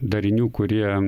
darinių kurie